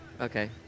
Okay